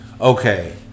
okay